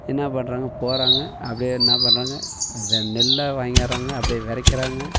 என்ன பண்ணுறாங்க போகிறாங்க அப்படியே என்ன பண்ணுறாங்க வெ நெல்லை வாங்கியாராங்க அப்படியே வெதைக்குறாங்க